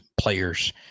players